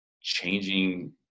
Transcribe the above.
changing